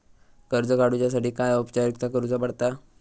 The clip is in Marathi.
कर्ज काडुच्यासाठी काय औपचारिकता करुचा पडता?